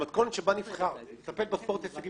המתכונת שבה נבחר לטפל בספורט ההישגי,